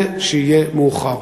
וראש הממשלה בראשם.